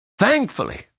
Thankfully